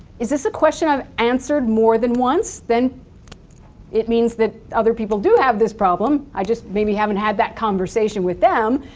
is this a question i've answered more than once? then it means that other people do have this problem i just maybe haven't had that conversation with them,